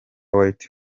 white